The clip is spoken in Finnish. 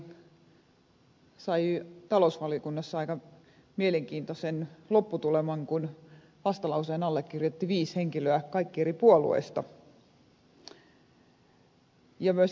liikeaikalaki sai talousvaliokunnassa aika mielenkiintoisen lopputuleman kun vastalauseen allekirjoitti viisi henkilöä kaikki eri puolueista ja myöskin varsin moninaisin perustein